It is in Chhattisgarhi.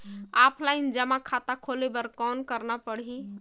ऑफलाइन जमा खाता खोले बर कौन करना पड़ही?